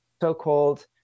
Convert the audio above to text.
so-called